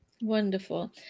Wonderful